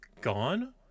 gone